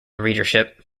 readership